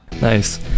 Nice